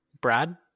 brad